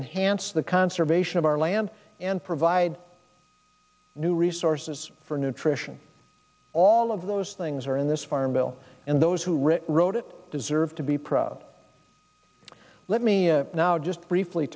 enhance the conservation of our land and provide new resources for nutrition all of those things are in this farm bill and those who really wrote it deserve to be proud let me now just briefly